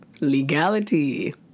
Legality